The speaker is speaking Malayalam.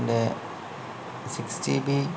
അതിൻ്റെ സിക്സ് ജിബി